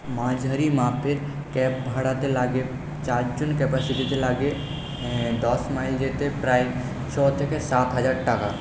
মাঝারি মাপের ক্যাব ভাড়াতে লাগে চারজন ক্যাপাসিটিতে লাগে দশ মাইল যেতে প্রায় ছ থেকে সাত হাজার টাকা